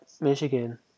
Michigan